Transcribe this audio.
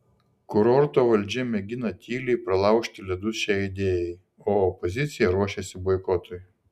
kurorto valdžia mėgina tyliai pralaužti ledus šiai idėjai o opozicija ruošiasi boikotui